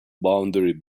boundary